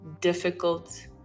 difficult